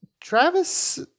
travis